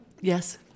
Yes